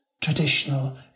Traditional